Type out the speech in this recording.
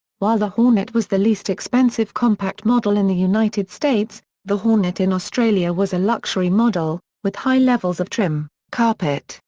while the hornet was the least expensive compact model in the united states, the hornet in australia was a luxury model, with high levels of trim, carpet,